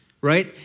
right